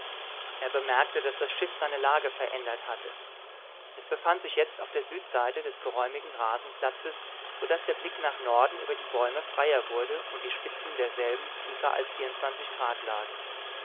er bemerkte daß das schiff seine lage verändert hatte es befand sich jetzt auf der südseite des geräumigen rasenplatzes so daß der blick nach norden über die bäume freier wurde und die spitzen derselben tiefer als vierundzwanzig grad